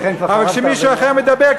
אבל כשמישהו אחר מדבר,